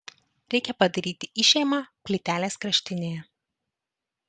reikia padaryti išėmą plytelės kraštinėje